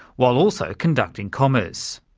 while also conducting commerce.